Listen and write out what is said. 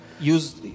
use